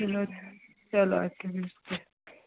چلو چلو اَدٕ کیٛاہ بِہیو تیٚلہِ